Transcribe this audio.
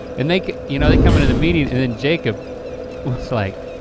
and they you know they come in to the meeting and then jacob was like,